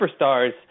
superstar's